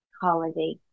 holiday